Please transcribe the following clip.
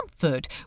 comfort